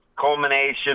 culmination